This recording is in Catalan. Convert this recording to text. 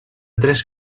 tres